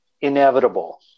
inevitable